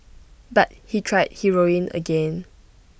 but he tried heroin again